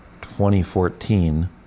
2014